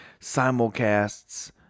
simulcasts